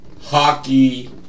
hockey